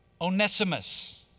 Onesimus